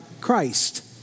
Christ